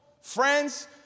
friends